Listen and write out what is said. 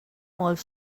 molt